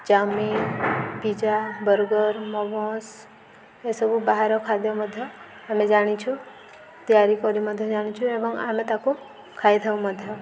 chowmein pizza burger momos ଏସବୁ ବାହାର ଖାଦ୍ୟ ମଧ୍ୟ ଆମେ ଜାଣିଛୁ ତିଆରି କରି ମଧ୍ୟ ଜାଣିଛୁ ଏବଂ ଆମେ ତାକୁ ଖାଇଥାଉ ମଧ୍ୟ